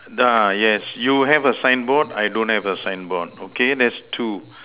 ah yes you have a signboard I don't have a signboard okay that's two